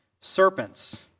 serpents